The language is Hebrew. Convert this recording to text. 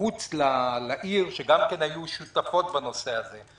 מחוץ לעיר שגם כן היו שותפות בנושא הזה.